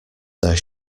their